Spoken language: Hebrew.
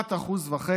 כמעט 1.5%,